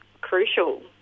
crucial